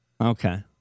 Okay